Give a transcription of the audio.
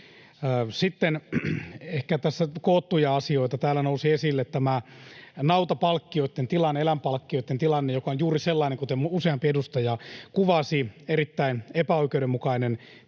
sitten tässä koottuja asioita: Täällä nousi esille tämä nautapalkkioiden tilanne, eläinpalkkioiden tilanne, joka on juuri sellainen, kuten useampi edustaja kuvasi: erittäin epäoikeudenmukainen tilanne,